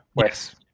Yes